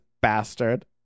bastard